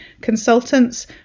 consultants